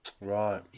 Right